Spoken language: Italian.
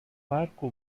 parco